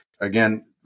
again